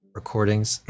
recordings